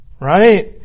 right